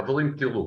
חברים תראו,